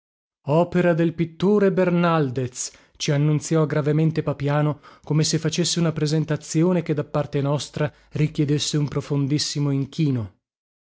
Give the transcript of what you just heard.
opera del pittore bernaldez ci annunziò gravemente papiano come se facesse una presentazione che da parte nostra richiedesse un profondissimo inchino